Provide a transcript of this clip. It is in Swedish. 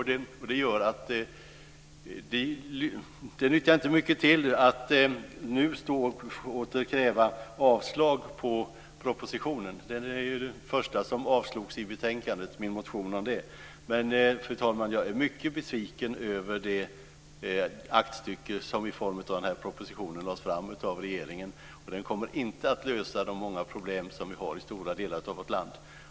Det nyttjar inte mycket till att nu stå och åter kräva avslag på propositionen. Min motion i den frågan är den första som avstyrks i betänkandet. Fru talman! Jag är mycket besviken över det aktstycke i form av denna proposition som har lagts fram av regeringen. Den kommer inte att lösa många av de problem som vi har i stora delar av vårt land.